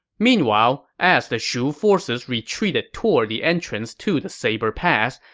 meanwhile, as the shu forces retreated toward the entrance to the saber pass,